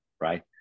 right